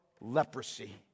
leprosy